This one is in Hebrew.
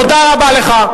תודה רבה לך.